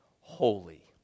holy